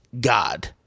God